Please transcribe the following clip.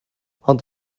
ond